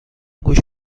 گوش